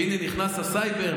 הינה נכנס הסייבר,